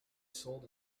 sold